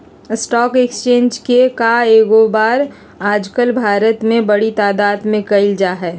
stock exchange के काएओवार आजकल भारत में बडी तादात में कइल जा हई